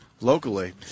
locally